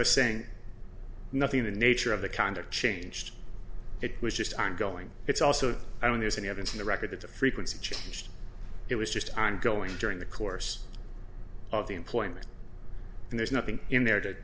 i saying nothing in the nature of the kind of changed it was just ongoing it's also i don't there's any evidence in the record that the frequency changed it was just ongoing during the course of the employment and there's nothing in there to